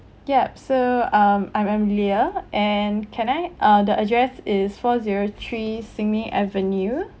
yup so um I'm amelia and can I uh the address is four zero three Sin Ming avenue